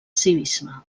civisme